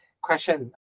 question